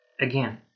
again